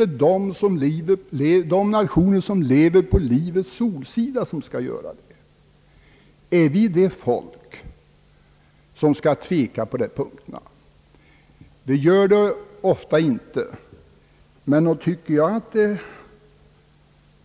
Är det inte de nationer som 1lever på livets solsida som skall följa principer? Är vi det folk som skall tveka på dessa punkter? Oftast gör vi det inte. När man hör en del anföranden från borgerligt håll